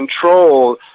control